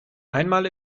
einmal